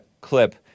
Clip